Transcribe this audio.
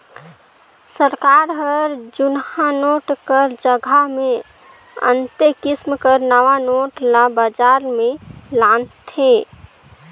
सरकार हर जुनहा नोट कर जगहा मे अन्ते किसिम कर नावा नोट ल बजार में लानथे